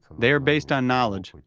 they are based on knowledge,